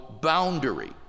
boundary